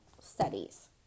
studies